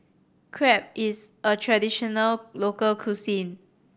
crepe is a traditional local cuisine